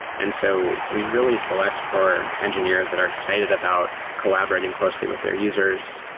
and so we really select for engineers that are excited about collaborating closely with their users,